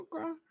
Okay